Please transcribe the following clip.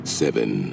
seven